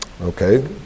okay